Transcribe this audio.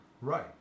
Right